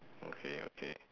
okay okay